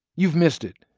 you've missed it.